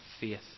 faith